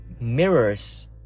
mirrors